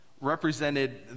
represented